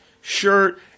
shirt